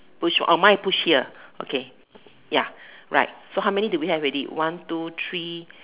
push one oh mine is push here okay ya right so how many do we have already one two three